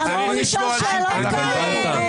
לשמור על הציבור זה לא ראש הממשלה.